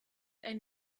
ein